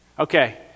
Okay